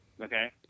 okay